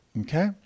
Okay